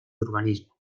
urbanismo